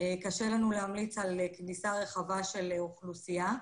קשה לנו להמליץ על כניסה רחבה של אוכלוסייה.